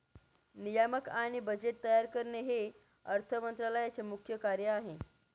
नियामक आणि बजेट तयार करणे हे अर्थ मंत्रालयाचे मुख्य कार्य आहे